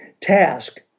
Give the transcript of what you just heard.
task